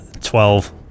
Twelve